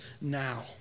now